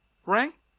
Frank